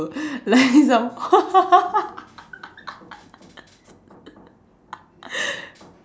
like some